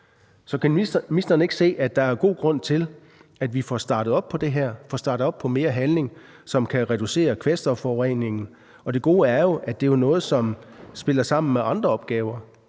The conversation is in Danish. Kan ministeren ikke se, at der er god grund til, at vi får startet op på det her, får startet op på mere handling, som kan reducere kvælstofforureningen? Det gode er jo, at det er noget, som spiller sammen med andre opgaver.